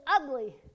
ugly